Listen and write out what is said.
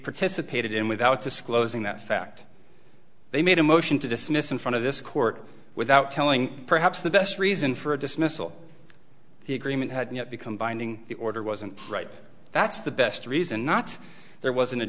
participated in without disclosing that fact they made a motion to dismiss in front of this court without telling perhaps the best reason for a dismissal the agreement had become binding the order wasn't right that's the best reason not there wasn't a